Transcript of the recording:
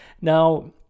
Now